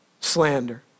slander